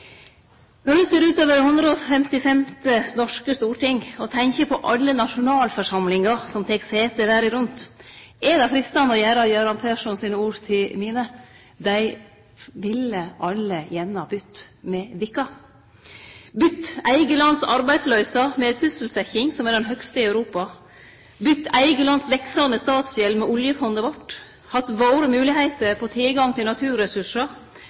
Når eg ser utover det 155. norske storting, og tenkjer på alle nasjonalforsamlingar som tek sete verda rundt, er det freistande å gjere Göran Persson sine ord til mine: Dei ville alle gjerne byte med dykk, byte eige lands arbeidsløyse med ei sysselsetjing som er den høgaste i Europa, byte eige lands veksande statsgjeld med oljefondet vårt, hatt våre moglegheiter på tilgang til naturressursar,